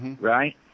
right